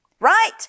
Right